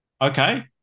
Okay